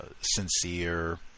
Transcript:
sincere